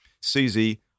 Susie